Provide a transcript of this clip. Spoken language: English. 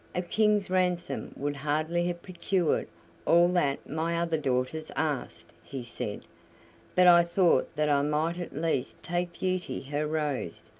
a king's ransom would hardly have procured all that my other daughters asked. he said but i thought that i might at least take beauty her rose.